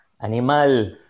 Animal